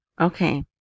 Okay